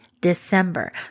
December